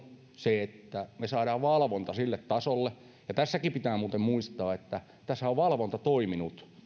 se että me saamme valvonnan sille tasolle ja tässäkin pitää muuten muistaa että valvonta on toiminut